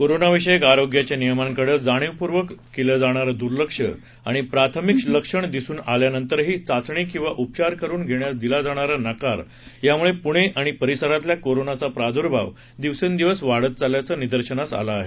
कोरोनाविषयक आरोग्याच्या नियमांकडं जाणीवपूर्वक केलं जाणारं दुर्लक्ष आणि प्राथमिक लक्षण दिसू लागल्यानंतरही चाचणी किंवा उपचार करून घेण्यास दिला जाणारा नकार यामुळं पुणे आणि परिसरातील कोरोनाचा प्रादुर्भाव दिवसेंदिवस वाढत चालल्याचं निदर्शनास आलं आहे